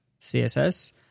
CSS